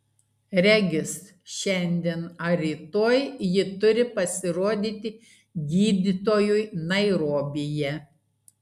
regis šiandien ar rytoj ji turi pasirodyti gydytojui nairobyje